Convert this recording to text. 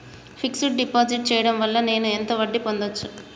Fix డ్ deposit చేయటం వల్ల నేను ఎంత వడ్డీ పొందచ్చు?